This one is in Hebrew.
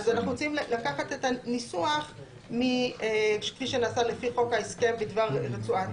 אז אנחנו רוצים לקחת את הניסוח מ"כפי שנעשה לפי חוק ההסכם בדבר רצועת